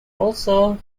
also